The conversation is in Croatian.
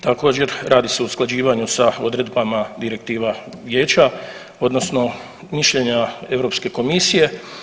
Također radi se o usklađivanju sa odredbama direktiva vijeća odnosno mišljenja Europske komisije.